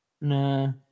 No